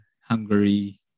Hungary